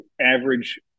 average